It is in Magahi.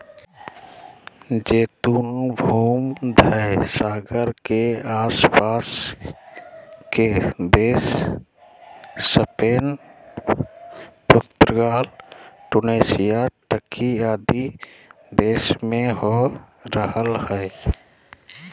जैतून भूमध्य सागर के आस पास के देश स्पेन, पुर्तगाल, ट्यूनेशिया, टर्की आदि देश में हो रहल हई